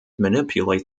manipulate